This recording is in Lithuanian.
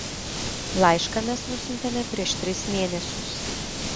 laišką mes nusiuntėme prieš tris mėnesius